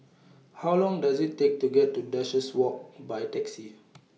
How Long Does IT Take to get to Duchess Walk By Taxi